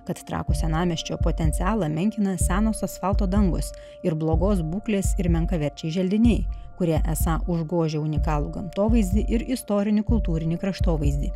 kad trakų senamiesčio potencialą menkina senos asfalto dangos ir blogos būklės ir menkaverčiai želdiniai kurie esą užgožia unikalų gamtovaizdį ir istorinį kultūrinį kraštovaizdį